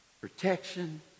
protection